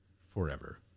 forever